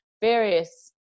various